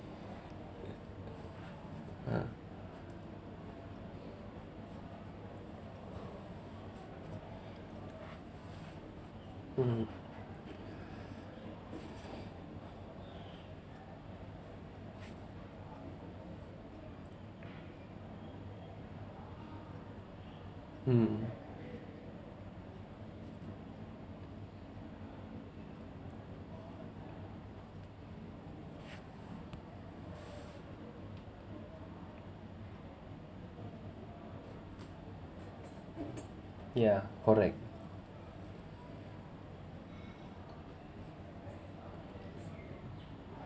uh hmm hmm yeah correct